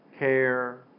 care